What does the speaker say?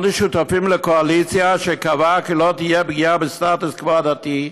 אנו שותפים לקואליציה שקבעה כי לא תהיה פגיעה בסטטוס קוו הדתי,